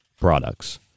products